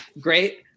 great